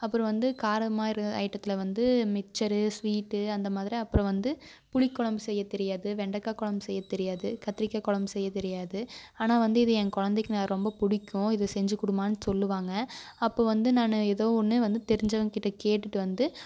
அப்புறம் வந்து காரமாக இருக்க ஐட்டத்தில் வந்து மிக்சரு ஸ்வீட்டு அந்த மாதிரி அப்புறம் வந்து புளிக்குழம்பு செய்யத் தெரியாது வெண்டைக்காய் குழம்பு செய்யத் தெரியாது கத்திரிக்காய் குழம்பு செய்யத் தெரியாது ஆனால் வந்து இது என் குழந்தைக்கு ரொம்ப பிடிக்கும் இது செஞ்சு கொடும்மான்னு சொல்வாங்க அப்போது வந்து நான் ஏதோ ஒன்று வந்து தெரிஞ்சவங்கக் கிட்டே கேட்டுகிட்டு வந்து